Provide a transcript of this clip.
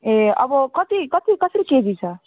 ए अब कति कति कसरी केजी छ